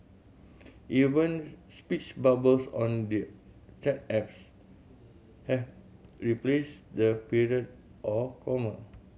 even speech bubbles on the chat apps have replaced the period or comma